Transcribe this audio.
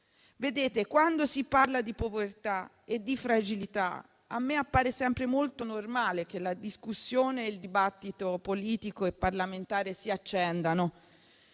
Vedete: quando si parla di povertà e di fragilità, a me appare sempre molto normale che la discussione e il dibattito politico e parlamentare si accendano.